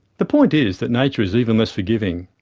the point is that nature is even less forgiving,